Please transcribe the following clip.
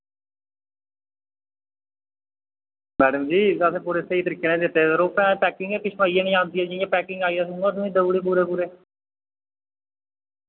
madam दी असैं पूरे स्हेई तरीके नै दित्ते यरो पैकिंग ही पिच्छोआं इयै नेई आंदी जि'यां पैकिंग आई उ'आं तुसें देऊड़े पूरे पूरे